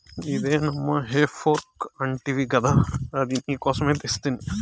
ఇదే నమ్మా హే ఫోర్క్ అంటివి గదా అది నీకోసమే తెస్తిని